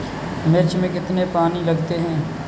मिर्च में कितने पानी लगते हैं?